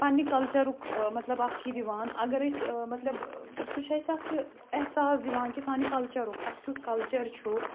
پنٛنہِ کَلچَرُک مطلب اَکھ یہِ دِوان اَگر أسۍ مطلب سُہ چھُ اَسہِ اَکھ یہِ احساس دِوان کہِ سانہِ کَلچَرُک اَسہِ کیُتھ کَلچَر چھُ